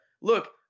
Look